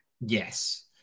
Yes